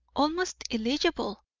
almost illegible,